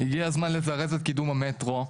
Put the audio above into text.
הגיע הזמן לזרז את קידום המטרו,